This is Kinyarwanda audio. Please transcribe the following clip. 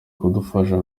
kudufasha